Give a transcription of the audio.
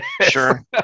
sure